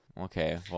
okay